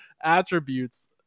attributes